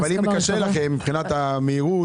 אבל אם קשה לכם, מבחינת המהירות